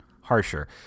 harsher